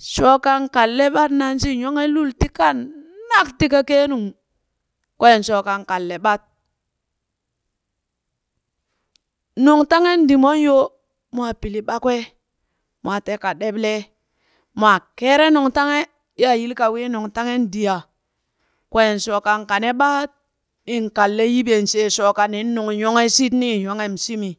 Shokan kanle ɓat nanshi nyonghe lul ti kanak tika keenung kwen shoo kan kanle ɓat. Nungtahen dimon yo mwaa pili ɓa kwee mwaa teeka ɗeɓlee mwaa keere nungtanghe yaa yil ka wii nungtahen diya. Kween shoon kan kane ɓat, in kanle yiɓen shee shooka nin nung nyonghe shit, nii nyonghem shimi.